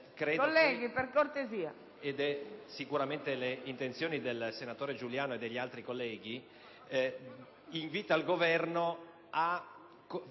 Colleghi, per cortesia.